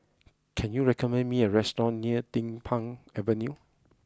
can you recommend me a restaurant near Din Pang Avenue